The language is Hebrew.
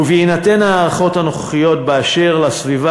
ובהינתן ההערכות הנוכחיות באשר לסביבה